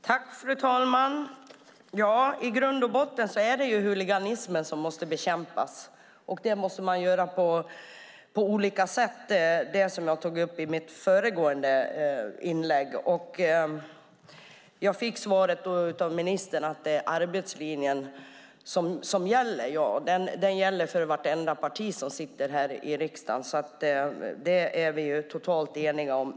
Fru talman! Ja, i grund och botten är det huliganismen som måste bekämpas, och det måste göras på olika sätt. Det tog jag upp i mitt föregående inlägg. Jag fick då svaret av ministern att det är arbetslinjen som gäller. Den gäller för vartenda parti som sitter här i riksdagen, så det är vi totalt eniga om.